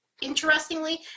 Interestingly